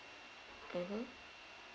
mmhmm